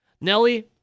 Nelly